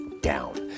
down